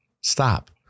Stop